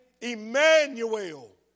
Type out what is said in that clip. Emmanuel